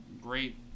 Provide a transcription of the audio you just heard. great